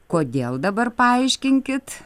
kodėl dabar paaiškinkit